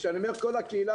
כשאני אומר כל הקהילה,